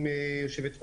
אם יו"ר מבקשת.